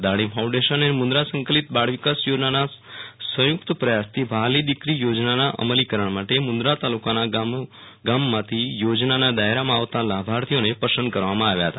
Dani foundation ને મુન્દ્રા સંકલિત બાળ વિકાસ યોજનાના સંયુક્ત પ્રયાસથી વ્હાલી દીકરી યોજનાના મલીકરણ માટે મુંદ્રા તાલુકાના ગામોમાથી યોજનાના દાયરામાં આવતા લાભાર્થીઓને પસંદ કરવામાં આવ્યા હતા